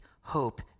hope